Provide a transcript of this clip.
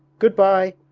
good-bye,